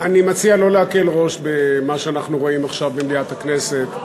אני מציע לא להקל ראש במה שאנחנו רואים עכשיו במליאת הכנסת.